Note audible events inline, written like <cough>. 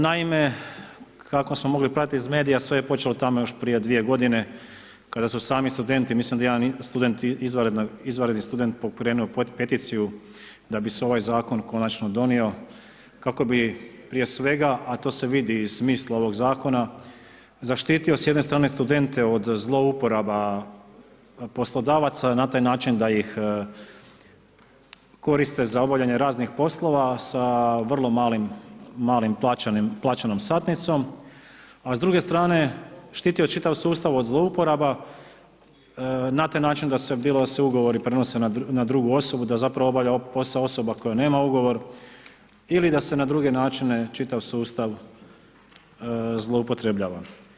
Naime, kako smo mogli pratiti iz medija sve je počelo tamo još prije dvije godine kada su sami studenti, mislim da je jedan izvanredni student pokrenuo peticiju da bi se ovaj zakon konačno donio kako bi prije svega a to se vidi iz smisla ovog zakona zaštitio s jedne strane studente od zlouporaba poslodavaca na taj način da ih koriste za obavljanje raznih poslova, sa vrlo malom plaćenom satnicom, a s druge strane štiti čitav sustav od zlouporaba, na taj način da se … <unintelligible> ugovori prenose na drugu osobu, da zapravo obavlja posao osoba koja nema ugovor ili da se na druge načine čitav sustav zloupotrebljava.